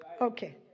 Okay